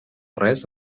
res